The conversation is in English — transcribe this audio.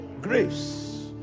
Grace